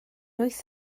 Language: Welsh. wyth